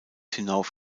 hinauf